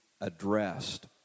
addressed